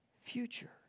future